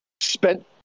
spent